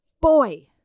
boy